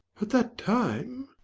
at that time!